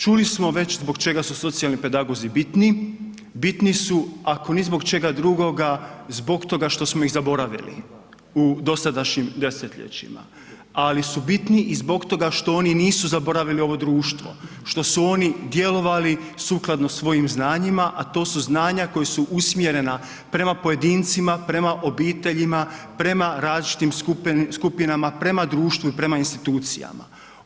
Čuli smo već zbog čega su socijalni pedagozi bitni, bitni su ako ni zbog čega drugoga zbog toga što smo ih zaboravili u dosadašnjim desetljećima ali su bitni i zbog toga što oni nisu zaboravili ovo društvo, što su oni djelovali sukladno svojim znanjima a to su znanja koja su usmjerena prema pojedincima, prema obiteljima, prema različitim skupinama, prema društvu i prema institucijama.